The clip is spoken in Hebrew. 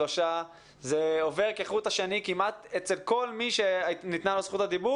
שלושה אלא זה עובר כחוט השני כמעט אצל כל מי שניתנה לו זכות הדיבור